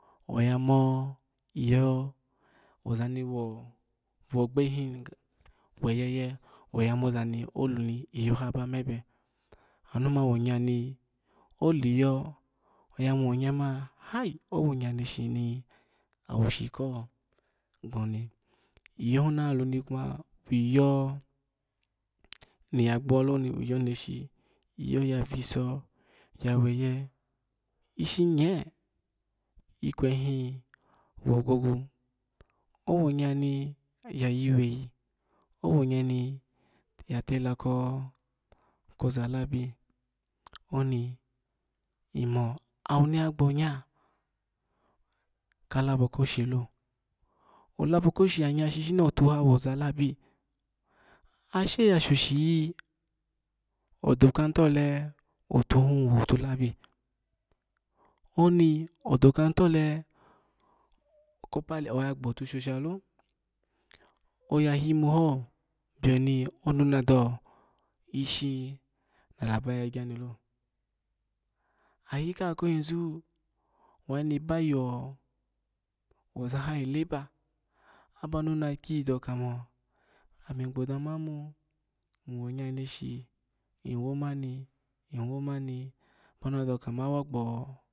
Oya mo iyo oza ni wo va ogba yi hin weyeye oyo moza ni oluni iyo ha ba mebe anu ma wonya ni oliyo oya mo ha owonya neshi ni owo shi kogboni iyohinnalo kuma wiyo ni ya gbolo iyohi ya viso yaweye ishinye okweyihin wogwogu. owonya ni ya yiwe yi owonya ni ya tela koko zalabi oni imo woni yagbonya kalabo koshi lo olabo koshi onya shi shini oyu ha woza labi ashe ya shoshi iyi odaka hi tole otuhi wo tulabi oni odokahin tole kopali oya gbotushoshe lo oya yimu ho bioni onuna dawo isina laba yagya ni lo oyi kaha koyezu wayi ni bayo ozaha yileba, aba nuna kiyi kawo damo amu gboza mamo ny wonya neshi ny womani ny womani onvna dawo kama wa gbo